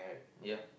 ya